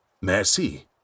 Merci